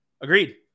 Agreed